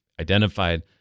identified